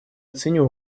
ценю